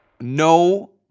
No